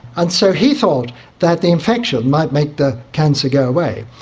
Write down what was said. and so he thought that the infection might make the cancer go away,